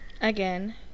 Again